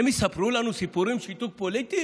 הם יספרו לנו סיפורים של שיתוק פוליטי?